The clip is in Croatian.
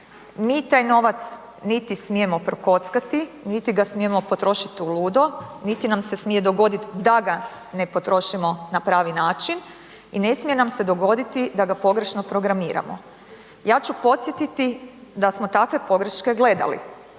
Mi taj novac niti smijemo prokockati niti ga smijemo potrošit uludo niti nam se smije dogoditi da ga ne potrošimo na pravi način i ne smije nam se dogoditi da ga pogrešno programiramo. Ja ću podsjetiti da smo takve pogreške gledali.